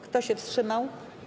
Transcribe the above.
Kto się wstrzymał?